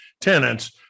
tenants